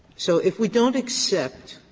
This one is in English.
so if we don't accept